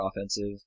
offensive